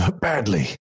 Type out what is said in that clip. badly